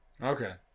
Okay